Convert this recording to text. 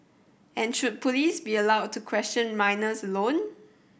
and should police be allowed to question minors alone